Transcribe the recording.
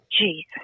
Jesus